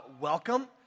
welcome